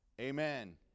Amen